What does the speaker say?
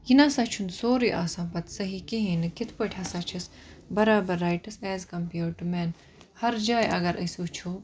یہِ نَسا چھُنہٕ سورُے آسان پَتہٕ صحی کِہیٖنٛۍ کِتھٕ پٲٹھۍ ہَسا چھِس بَرابَر rights as compared to men ہَر جایہِ اَگَر أسۍ وُچھو